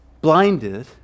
Blinded